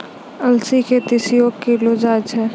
अलसी के तीसियो कहलो जाय छै